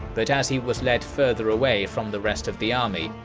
but as he was led further away from the rest of the army,